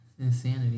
Insanity